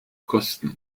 kosten